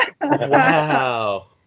wow